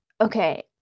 Okay